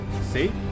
See